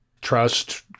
Trust